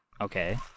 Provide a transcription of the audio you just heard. Okay